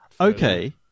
Okay